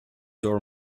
door